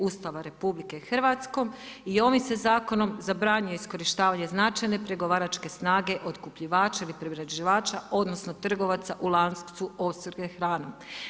Ustava RH i ovim se zakonom zabranjuje iskorištavanje značajne pregovaračke snage otkupljivača ili priređivača odnosno trgovaca u lancu opskrbe hranom.